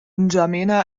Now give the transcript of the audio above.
n’djamena